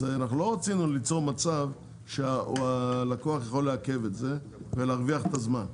אז אנחנו לא רצינו ליצור מצב שהלקוח יכול לעכב את זה ולהרוויח את הזמן.